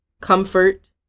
comfort